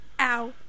Ow